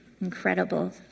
incredible